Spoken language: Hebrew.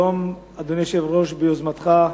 היום, אדוני היושב-ראש, ביוזמתך,